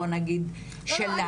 בוא נגיד --- לא,